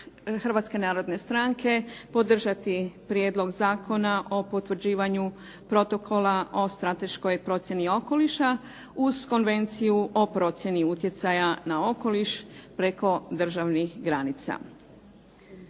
Hrvatske narodne stranke podržati Prijedlog zakona o potvrđivanju Protokola o strateškoj procjeni okoliša, uz Konvenciju o procjeni utjecaja na okoliš preko državnih granica.